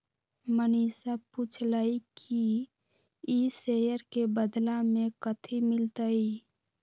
मनीषा पूछलई कि ई शेयर के बदला मे कथी मिलतई